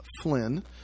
Flynn